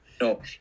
no